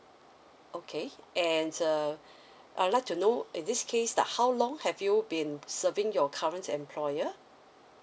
okay and uh I'd like to know in this case the how long have you been serving your current employer